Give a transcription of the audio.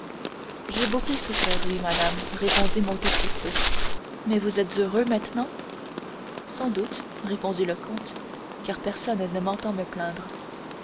j'ai beaucoup souffert oui madame répondit monte cristo mais vous êtes heureux maintenant sans doute répondit le comte car personne ne m'entend me plaindre